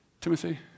Timothy